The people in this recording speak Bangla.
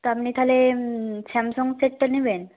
তা আপনি তাহলে স্যামসাং সেটটা নেবেন